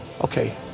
Okay